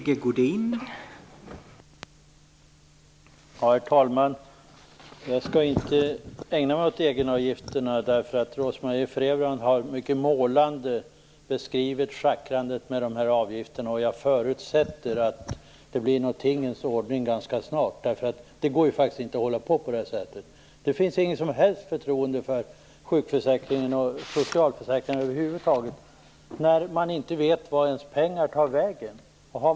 Herr talman! Jag skall inte ägna mig åt egenavgifterna - Rose-Marie Frebran har mycket målande beskrivit schackrandet med dem, och jag förutsätter att det blir en ny tingens ordning ganska snart - det går ju faktiskt inte att hålla på på det här sättet. Det finns inget som helst förtroende för sjukförsäkringen och socialförsäkringarna över huvud taget när man inte vet vart ens pengar tar vägen.